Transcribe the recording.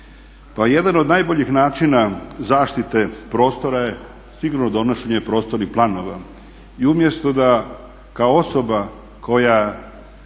jedan od najboljih načina zaštite prostora je sigurno donošenje prostornih planova.